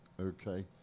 okay